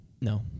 No